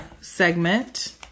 segment